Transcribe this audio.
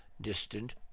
distant